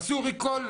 עשו ריקול.